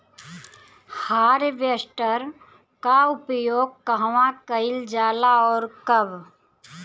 Harvester का उपयोग कहवा कइल जाला और कब?